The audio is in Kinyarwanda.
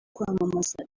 kwamamaza